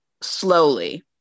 slowly